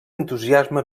entusiasme